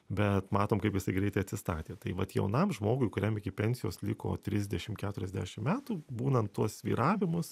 bet matom kaip jisai greitai atsistatė tai vat jaunam žmogui kuriam iki pensijos liko trisdešim keturiasdešim metų būnant tuos svyravimus